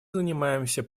занимаемся